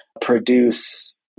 produce